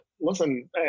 listen